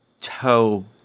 toe